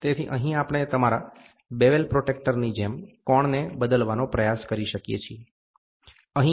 તેથી અહીં આપણે તમારા બેવલ પ્રોટ્રેક્ટરની જેમ કોણને બદલવાનો પ્રયાસ કરી શકીએ છીએ